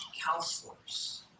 counselors